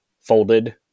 folded